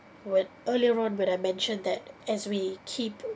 what earlier on when I mentioned that as we keep